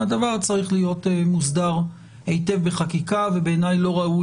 הדבר צריך להיות מוסדר היטב בחקיקה ובעיניי לא ראוי